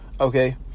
okay